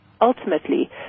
ultimately